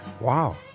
wow